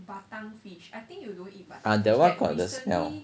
ah that one got the smell